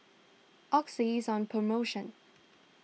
Oxy is on promotion